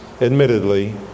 admittedly